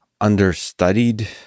understudied